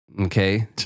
Okay